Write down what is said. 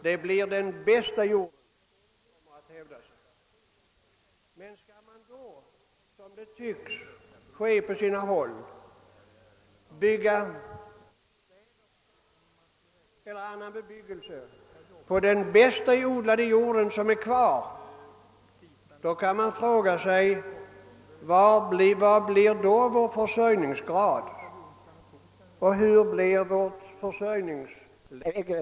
Men om man, som det tycks ske på sina håll, uppför städer och annan bebyggelse på den bästa odlade jord som finns kvar, kan vi fråga oss: Vilken blir då vår försörjningsgrad och hurudant blir då vårt försörjningsläge?